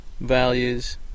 values